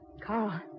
Carl